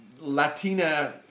Latina